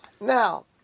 Now